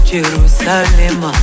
Jerusalem